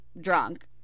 drunk